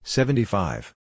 Seventy-five